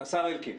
השר אלקין.